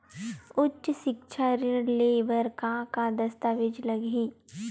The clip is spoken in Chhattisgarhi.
उच्च सिक्छा ऋण ले बर का का दस्तावेज लगही?